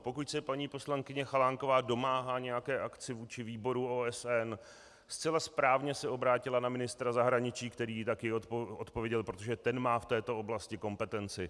Pokud se paní poslankyně Chalánková domáhá nějaké akce vůči výboru OSN, zcela správně se obrátila na ministra zahraničí, který jí také odpověděl, protože ten má v této oblasti kompetenci.